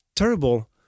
terrible